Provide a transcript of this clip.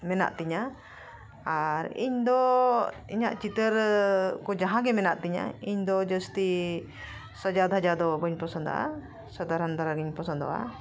ᱢᱮᱱᱟᱜ ᱛᱤᱧᱟᱹ ᱟᱨ ᱤᱧᱫᱚ ᱤᱧᱟᱹᱜ ᱪᱤᱛᱟᱹᱨᱠᱚ ᱡᱟᱦᱟᱸᱜᱮ ᱢᱮᱱᱟᱜ ᱛᱤᱧᱟᱹ ᱤᱧᱫᱚ ᱡᱟᱹᱥᱛᱤ ᱥᱟᱡᱟ ᱫᱷᱟᱡᱟ ᱫᱚ ᱵᱟᱹᱧ ᱯᱚᱥᱚᱱᱫᱟᱜᱼᱟ ᱥᱟᱫᱷᱟᱨᱚᱱ ᱫᱷᱟᱨᱟᱜᱤᱧ ᱯᱚᱥᱚᱱᱫᱟᱜᱼᱟ